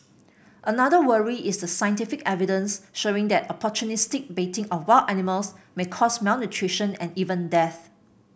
another worry is the scientific evidence showing that opportunistic baiting of wild animals may cause malnutrition and even death